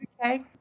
Okay